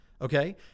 Okay